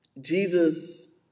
Jesus